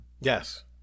Yes